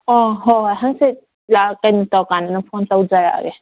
ꯑꯥ ꯍꯣꯏ ꯍꯣꯏ ꯍꯥꯡꯆꯤꯠ ꯀꯩꯅꯣ ꯇꯧꯔꯀꯥꯟꯗ ꯑꯗꯨꯝ ꯐꯣꯟ ꯇꯧꯖꯔꯛꯑꯒꯦ